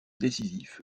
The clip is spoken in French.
décisive